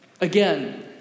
Again